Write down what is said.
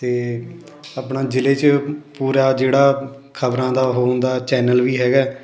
ਅਤੇ ਆਪਣਾ ਜ਼ਿਲ੍ਹੇ 'ਚ ਪੂਰਾ ਜਿਹੜਾ ਖਬਰਾਂ ਦਾ ਉਹ ਹੁੰਦਾ ਚੈਨਲ ਵੀ ਹੈਗਾ